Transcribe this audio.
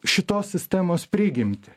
šitos sistemos prigimtį